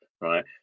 right